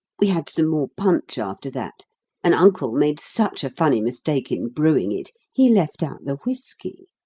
we had some more punch after that and uncle made such a funny mistake in brewing it he left out the whisky.